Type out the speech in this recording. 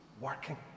working